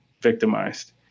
victimized